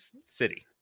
city